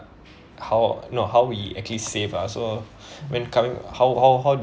how no how we actually save ah so when coming how how how